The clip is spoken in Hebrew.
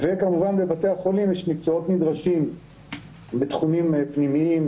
וכמובן בבתי החולים יש מקצועות נדרשים בתחומים פנימיים,